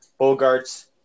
Bogarts